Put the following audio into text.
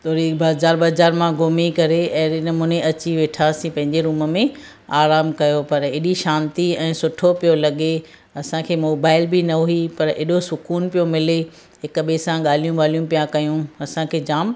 थोरी बाज़ारि वाजारि मां घुमी करे अहिड़े नमूने अची वेठासीं पंहिंजे रुम में आरामु कयो पर एॾी शांती ऐं सुठो पियो लॻे असांखे मोबाइल बि न हुई पर हेॾो सुकूनु पियो मिले हिकु ॿिए सां ॻाल्हियूं वाल्हियूं पिया कयूं असांखे जामु